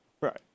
right